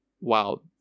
wow